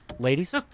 Ladies